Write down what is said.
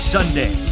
Sunday